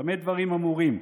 במה דברים אמורים?